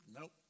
nope